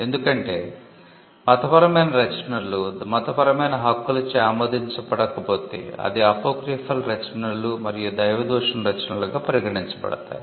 ఎందుకంటే మతపరమైన రచనలు మతపరమైన హక్కులచే ఆమోదించబడకపోతే అది అపోక్రిఫాల్ రచనలు మరియు దైవదూషణ రచనలుగా పరిగణించబడతాయి